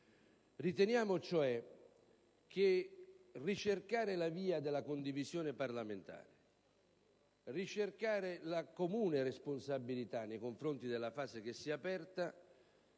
Riteniamo cioè che ricercare la via della condivisione parlamentare e una comune responsabilità nella fase che si è aperta